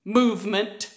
movement